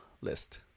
list